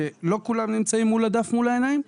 כי לא לכולם יש את הדף מול העיניים.